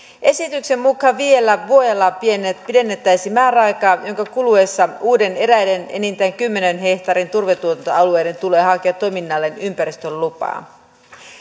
esityksen mukaan viidellä vuodella pidennettäisiin määräaikaa jonka kuluessa eräiden enintään kymmenen hehtaarin turvetuotantoalueiden tulee hakea toiminnalleen ympäristölupaa